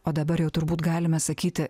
o dabar jau turbūt galime sakyti